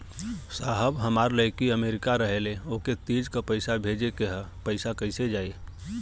साहब हमार लईकी अमेरिका रहेले ओके तीज क पैसा भेजे के ह पैसा कईसे जाई?